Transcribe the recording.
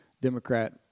Democrat